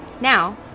Now